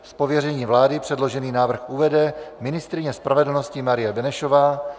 Z pověření vlády předložený návrh uvede ministryně spravedlnosti Marie Benešová.